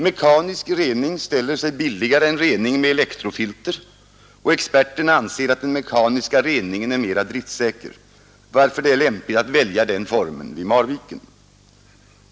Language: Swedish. Mekanisk rening ställer sig billigare än rening med elektrofilter, och experterna anser att den mekaniska reningen är mera driftsäker, varför det är lämpligt att välja den formen vid Marviken.